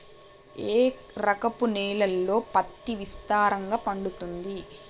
ఏ రకపు నేలల్లో పత్తి విస్తారంగా పండుతది?